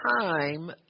time